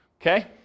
Okay